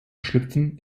schlüpfen